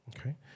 okay